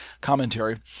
commentary